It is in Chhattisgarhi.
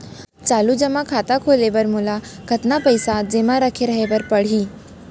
चालू जेमा खाता खोले बर मोला कतना पइसा जेमा रखे रहे बर पड़ही?